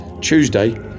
Tuesday